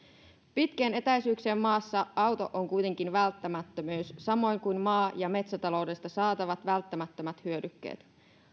pitkien etäisyyksien maassa auto on kuitenkin välttämättömyys samoin kuin maa ja metsätaloudesta saatavat välttämättömät hyödykkeet